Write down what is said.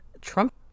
Trump